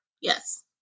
Yes